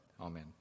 Amen